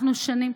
אנחנו שנים,